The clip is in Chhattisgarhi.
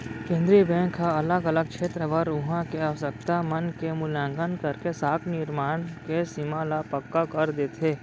केंद्रीय बेंक ह अलग अलग छेत्र बर उहाँ के आवासकता मन के मुल्याकंन करके साख निरमान के सीमा ल पक्का कर देथे